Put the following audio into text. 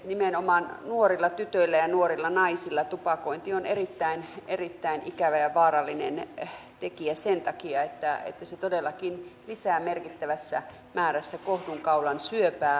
nimenomaan nuorilla tytöillä ja nuorilla naisilla tupakointi on erittäin erittäin ikävä ja vaarallinen tekijä sen takia että se todellakin lisää merkittävässä määrässä kohdunkaulan syöpää